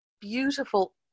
beautiful